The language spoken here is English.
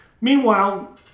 Meanwhile